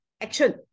action